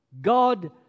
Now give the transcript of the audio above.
God